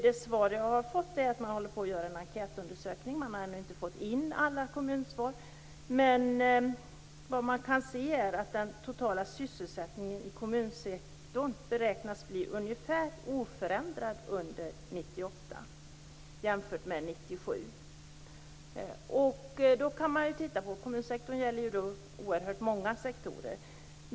Det svar jag har fått är att man håller på att göra en enkätundersökning. Man har ännu inte fått in alla kommunsvar. Men vad man kan se är att den totala sysselsättningen i kommunsektorn beräknas bli ungefär oförändrad under år Kommunsektorn omfattar oerhört många sektorer.